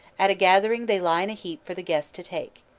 at a gathering they lie in a heap for the guests to take.